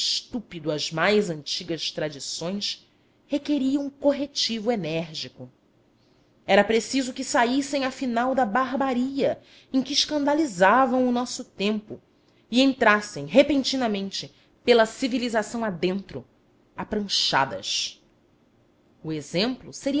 estúpido às mais antigas tradições requeriam corretivo enérgico era preciso que saíssem afinal da barbaria em que escandalizavam o nosso tempo e entrassem repentinamente pela civilização adentro a pranchadas o exemplo seria